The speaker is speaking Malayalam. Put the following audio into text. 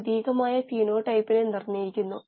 സ്കെയിൽ അപ്പ് എന്താണ് അർത്ഥമാക്കുന്നത്